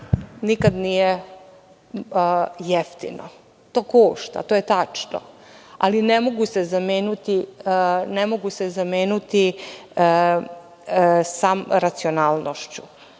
nikada nije jeftino. To košta, to je tačno, ali ne mogu se zameniti samo racionalnošću.